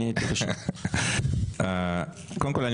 קודם כול,